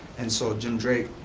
and so jim drake,